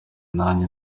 nanjye